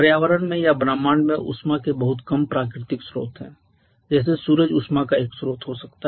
पर्यावरण में या ब्रह्मांड में ऊष्मा के बहुत कम प्राकृतिक स्रोत हैं जैसे सूरज ऊष्मा का एक स्रोत हो सकता है